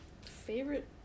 favorite